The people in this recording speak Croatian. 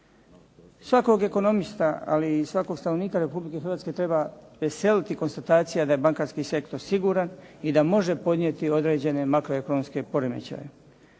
Svakog ekonomista ali i svakog stanovnika Republike Hrvatske treba veseliti konstatacija da je bankarski sektor siguran i da može podnijeti određene makroekonomske poremećaje.